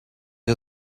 you